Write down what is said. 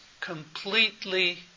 completely